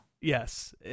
Yes